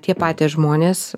tie patys žmonės